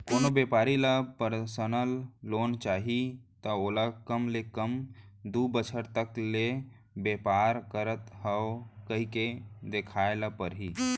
कोनो बेपारी ल परसनल लोन चाही त ओला कम ले कम दू बछर तक के बेपार करत हँव कहिके देखाए ल परही